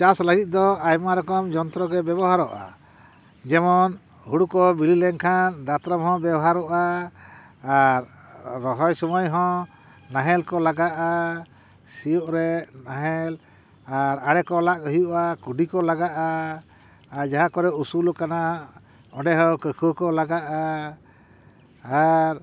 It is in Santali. ᱪᱟᱥ ᱞᱟᱹᱜᱤᱫ ᱫᱚ ᱟᱭᱢᱟ ᱨᱚᱠᱚᱢ ᱡᱚᱱᱛᱨᱚ ᱜᱮ ᱵᱮᱵᱚᱦᱟᱨᱚᱜᱼᱟ ᱡᱮᱢᱚᱱ ᱦᱩᱲᱩ ᱠᱚ ᱵᱤᱞᱤ ᱞᱮᱱᱠᱷᱟᱱ ᱫᱟᱛᱨᱚᱢ ᱦᱚᱸ ᱵᱮᱣᱦᱟᱨᱚᱜᱼᱟ ᱟᱨ ᱨᱚᱦᱚᱭ ᱥᱚᱢᱚᱭ ᱦᱚᱸ ᱱᱟᱦᱮᱞ ᱠᱚ ᱞᱟᱜᱟᱜᱼᱟ ᱥᱤᱭᱳᱜ ᱨᱮ ᱱᱟᱦᱮᱞ ᱟᱨ ᱟᱲᱮ ᱠᱚ ᱞᱟᱜ ᱦᱩᱭᱩᱜᱼᱟ ᱠᱩᱰᱤ ᱠᱚ ᱞᱟᱜᱟᱜᱼᱟ ᱟᱨ ᱡᱟᱦᱟᱸ ᱠᱚᱨᱮ ᱩᱥᱩᱞ ᱠᱟᱱᱟ ᱚᱸᱰᱮ ᱦᱚᱸ ᱠᱟᱹᱠᱷᱣᱟᱹ ᱠᱚ ᱞᱟᱜᱟᱜᱼᱟ ᱟᱨ